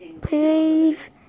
please